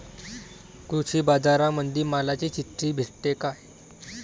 कृषीबाजारामंदी मालाची चिट्ठी भेटते काय?